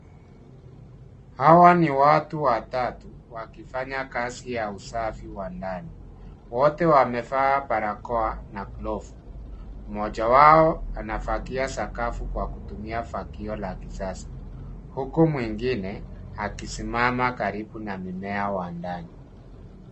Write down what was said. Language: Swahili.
Hawa ni watu watatu wakifanya kazi ya usafi wa ndani, wote wamevaa barakoa na glovu mmoja wao anafagia sakafu kwa kutumia fagio la kisasa, huku mwingine akisimama karibu na mimea wa ndani.